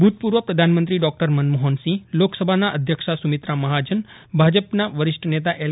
ભુતપૂર્વ પ્રધાનમંત્રી ડોકટર મનમોહનસિંહ લોકસભાના અધ્યક્ષા સૂમિત્રા મહાજન ભાજપના વરિષ્ઠ નેતા એલ